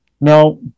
no